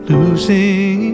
Losing